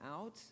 out